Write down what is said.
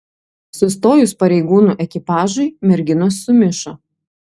sustojus pareigūnų ekipažui merginos sumišo